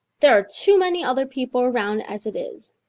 there are too many other people around as it is.